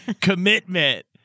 commitment